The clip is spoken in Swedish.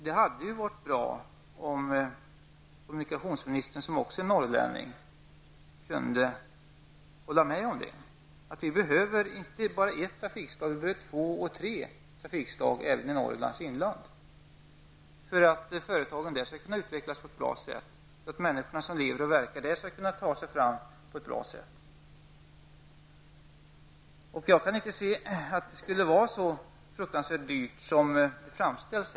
Det hade varit bra om kommunikationsministern, som också är norrlänning, kunde hålla med om att vi behöver inte bara ett trafikslag utan två eller tre även i Norrlands inland för att företagen där skall kunna utvecklas på ett bra sätt och så att människorna som lever och verkar där skall kunna ta sig fram på ett bra sätt. Jag kan inte se att det skulle vara så fruktansvärt dyrt som det framställs.